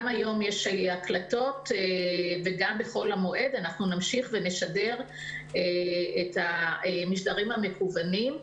גם היום יש הקלטות וגם בחול המועד נמשיך ונשדר את המשדרים המקוונים.